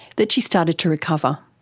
that she started to recover.